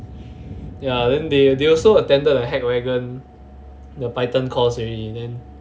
ya then they they also attended the hackwagon the python course already then